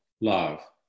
love